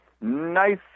nice